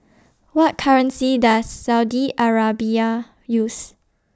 What currency Does Saudi Arabia use